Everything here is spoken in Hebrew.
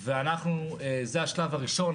זה השלב הראשון.